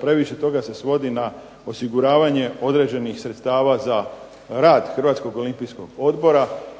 previše toga se svodi na osiguravanje određenih sredstava za rad Hrvatskog olimpijskog odbora